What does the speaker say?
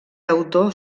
autor